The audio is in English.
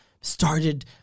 started